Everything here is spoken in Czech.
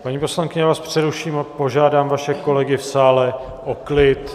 Paní poslankyně, já vás přeruším a požádám vaše kolegy v sále o klid.